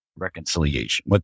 Reconciliation